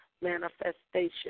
manifestation